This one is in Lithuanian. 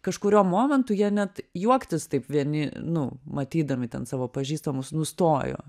kažkuriuo momentu jie net juoktis taip vieni nu matydami ten savo pažįstamus nustojo